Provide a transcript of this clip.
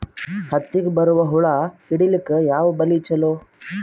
ಹತ್ತಿಗ ಬರುವ ಹುಳ ಹಿಡೀಲಿಕ ಯಾವ ಬಲಿ ಚಲೋ?